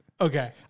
Okay